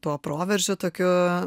tuo proveržiu tokiu